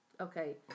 Okay